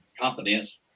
confidence